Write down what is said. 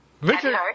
Richard